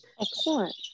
Excellent